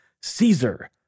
Caesar